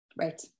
Right